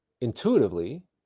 intuitively